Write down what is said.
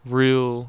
real